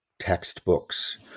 textbooks